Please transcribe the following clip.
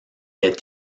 est